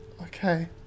Okay